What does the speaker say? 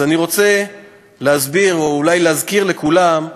אז אני רוצה להסביר, או אולי להזכיר לכולם,